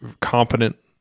competent